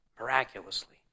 miraculously